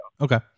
Okay